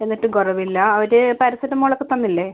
എന്നിട്ടും കുറവില്ല അവർ പാരസെറ്റമോളൊക്കെ തന്നില്ലേ